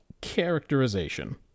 Characterization